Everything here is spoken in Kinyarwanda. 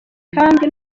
kandi